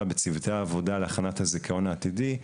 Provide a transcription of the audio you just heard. בצוותי העבודה להכנת הזיכיון העתידי,